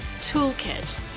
toolkit